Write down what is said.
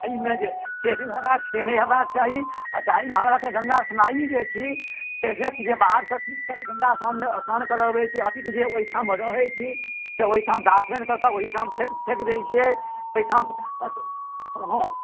ऐहिमे जे से नहि से नहि हेबाक चाही आ एहिमे हमरासभ गङ्गा स्नाइ जे छी व्यक्ति जे बाहरसँ गङ्गा स्नान करय अबैत छी अपितु जे ओहिठाम रहैत छी जे ओहिठाम दाँतमनि कऽ कऽ ओहीठाम फेँक फेँक दैत छियै ओहीठाम हँ